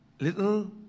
little